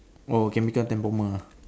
oh chemical temp former ah